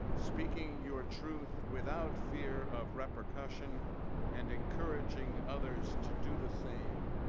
speaking your truth without fear of repercussion and encouraging others to do the same.